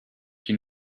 qui